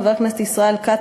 חבר הכנסת ישראל כץ,